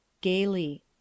Gaily